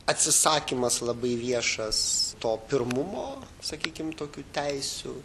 atsisakymas labai viešas to pirmumo sakykim tokių teisių